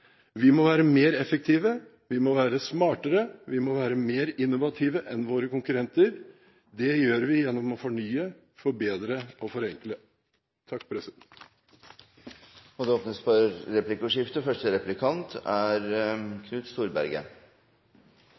Vi må være mer effektive. Vi må være smartere. Vi må være mer innovative enn våre konkurrenter. Det gjør vi gjennom å fornye, forbedre og forenkle. Det blir replikkordskifte.